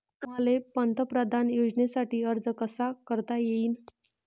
मले पंतप्रधान योजनेसाठी अर्ज कसा कसा करता येईन?